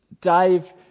Dave